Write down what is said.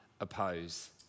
oppose